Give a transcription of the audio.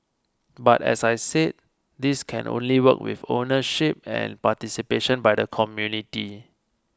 but as I said this can only work with ownership and participation by the community